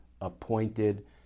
appointed